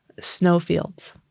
snowfields